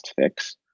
fix